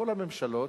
כל הממשלות,